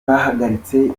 bahagaritse